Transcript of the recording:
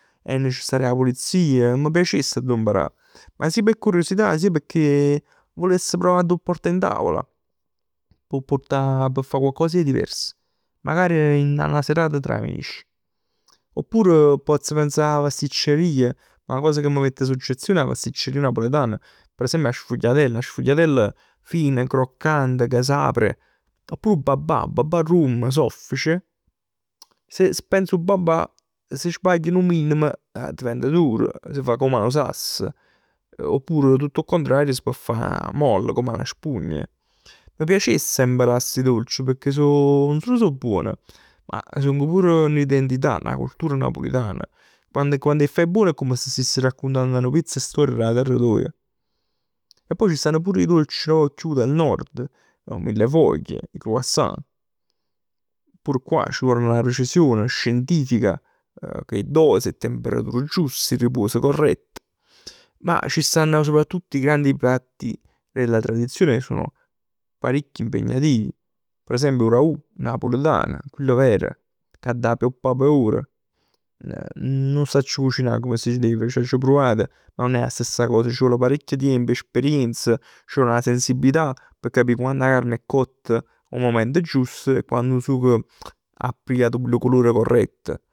È necessaria 'a pulizia. M' piacess a d' 'o imparà, ma sia p' curiosità, sia pecchè vuless pruvà a d' 'o purtà in tavola. P' 'o purtà, p' fà coccos 'e divers. Magari dint 'a 'na serata tra amici. Oppure pozz pensà 'a pasticceria. 'Na cosa ca m' mette soggezione è 'a pasticceria napoletana, per esempio 'a sfugliatell. 'A sfugliatell fine croccante, ca s'apre. Oppure 'o babà. Babà al rum soffice, se penso 'o babà, se sbagli nu minimo addivent dur. S' fa come a nu sass. Oppure tutt 'o cuntrario s' pò fa molle come a 'na spugn. M' piacess 'a imparà sti dolci pecchè so, non sul so buon, ma song pur n'identità, 'na cultura napoletana. Quando, quann 'e faje buon è come si stiss raccuntann nu piezz storico d' 'a terra toja. E poi ci stann pur 'e dolci nu poc chiù del nord. Nu millefoglie, nu croissant. Pur qua c' vol 'na precisione scientifica, cu 'e dosi, 'e temperature giuste, 'e ripos corrett. Ma ci stanno soprattutto 'e grandi piatti della tradizione che sono parecchio impegnativi. Per esempio 'o ragù napulitan, chill ver, che adda pappulià p' ore. N- nun 'o sacc cucinà come si deve, c'aggia pruvat, ma nun è 'a stessa cosa, c' vò parecchj tiemp, esperienz, c' vò 'a sensibilità p' capì quann 'a carne è cotta 'o mument giust, quann 'o sugo 'a pigliat chillu colore corrett.